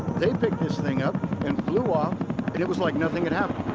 they picked this thing up and flew off, and it was like nothing had happened.